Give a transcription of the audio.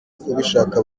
ubishaka